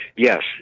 Yes